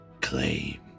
claim